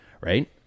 Right